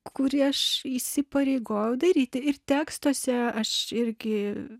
kurį aš įsipareigoju daryti ir tekstuose aš irgi